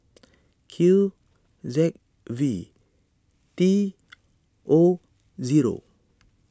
Q Z V T O zero